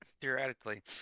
theoretically